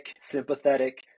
sympathetic